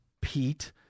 Pete